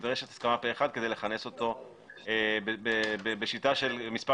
נדרשת הסכמה פה אחד כדי לכנס אותו בשיטה של מספר